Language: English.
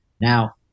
Now